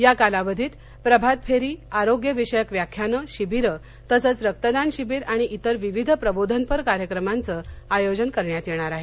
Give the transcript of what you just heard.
या कालावधीत प्रभात फेरी आरोग्य विषयक व्याख्याने व शिबीर तसेच रक्तदान शिबीर व इतर विविध प्रबोधनपर कार्यक्रमाचे आयोजन करण्यात येणार आहे